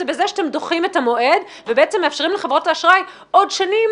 בזה שאתם דוחים את המועד ובעצם מאפשרים לחברות האשראי עוד שנים